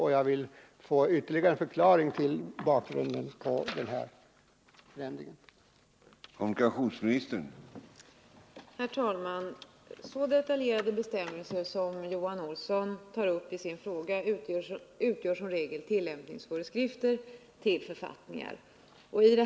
Jag ber därför om en ytterligare förklaring av bakgrunden till den här förändringen.